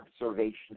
observation